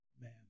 man